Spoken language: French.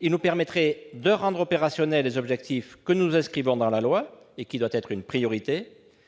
Il nous permettrait de rendre opérationnels les objectifs que nous inscrivons dans la loi et qui doivent être une priorité,